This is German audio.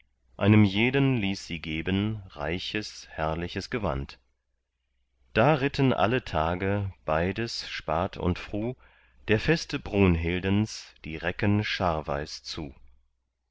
einem jeden ließ sie geben reiches herrliches gewand da ritten alle tage beides spat und fruh der feste brunhildens die recken scharweis zu